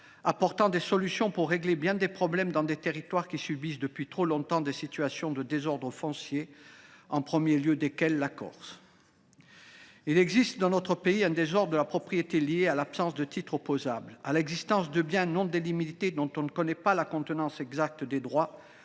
prévoyait des solutions pour régler bien des problèmes dans des territoires subissant depuis trop longtemps des situations de désordre foncier, en premier lieu en Corse. Il existe dans notre pays un désordre de la propriété lié à l’absence de titres opposables, à l’existence de biens non délimités dont on ne connaît pas exactement les droits